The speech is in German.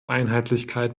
einheitlichkeit